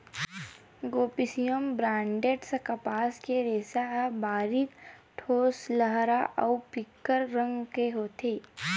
Gossypium बारबेडॅन्स कपास के रेसा ह बारीक, ठोसलगहा अउ फीक्का रंग के होथे